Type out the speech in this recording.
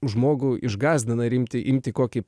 žmogų išgąsdina imti imti kokį